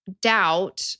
doubt